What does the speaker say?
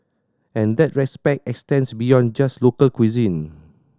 and that respect extends beyond just local cuisine